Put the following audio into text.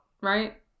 right